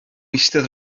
eistedd